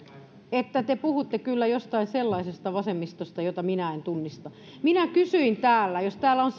että te puhutte kyllä jostain sellaisesta vasemmistosta jota minä en tunnista minä kysyin täällä jos täällä on